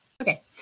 Okay